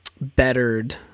bettered